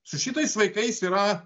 su šitais vaikais yra